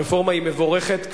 הרפורמה היא מבורכת.